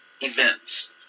events